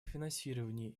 финансировании